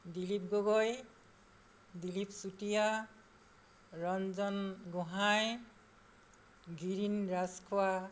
Dilip Gogoi Dilip Chutia Ranjan Gohain Girin Rajkhowa